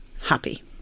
happy